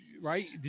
Right